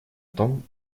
том